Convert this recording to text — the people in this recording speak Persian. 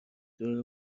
دور